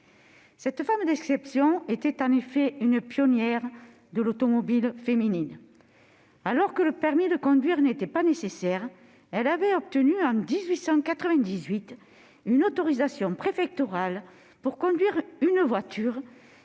Cette femme d'exception était en effet une pionnière de l'automobile féminine. Alors que le permis de conduire n'était pas nécessaire, elle avait obtenu, en 1898, une autorisation préfectorale pour conduire une voiture